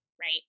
Right